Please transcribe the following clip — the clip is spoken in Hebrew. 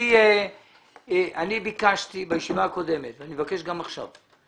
אני ביקשתי בישיבה הקודמת, ואני מבקש גם עכשיו,